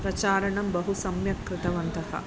प्रचारणं बहु सम्यक् कृतवन्तः